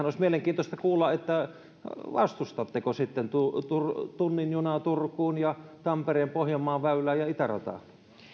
olisi mielenkiintoista kuulla vastustatteko tunnin junaa turkuun tampereen pohjanmaan väylää ja itärataa